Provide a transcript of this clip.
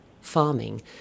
farming